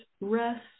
rest